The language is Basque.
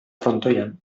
frontoian